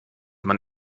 man